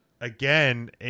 Again